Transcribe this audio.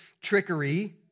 trickery